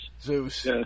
Zeus